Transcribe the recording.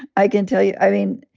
i can tell you i mean,